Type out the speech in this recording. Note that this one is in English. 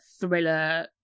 thriller